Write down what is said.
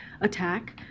attack